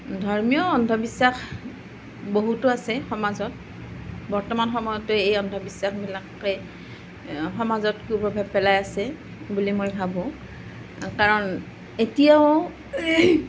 ধৰ্মীয় অন্ধবিশ্বাস বহুতো আছে সমাজত বৰ্তমান সময়তো এই অন্ধবিশ্বাসবিলাকে সমাজত কু প্ৰভাৱ পেলাই আছে বুলি মই ভাবোঁ কাৰণ এতিয়াও